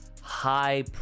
high